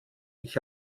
ich